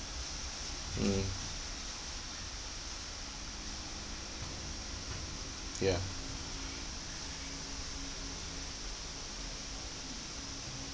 mm ya